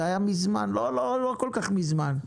זה היה מזמן, לא כל כך מזמן.